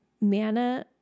MANA